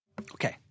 Okay